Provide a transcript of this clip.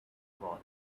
for